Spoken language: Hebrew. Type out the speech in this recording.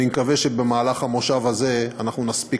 אני מקווה שבמהלך המושב הזה אנחנו נספיק